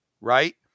right